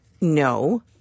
No